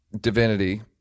divinity